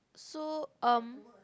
so um